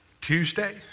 Tuesday